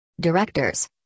Directors